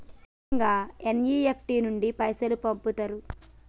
ఏ విధంగా ఎన్.ఇ.ఎఫ్.టి నుండి పైసలు పంపుతరు?